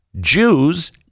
jews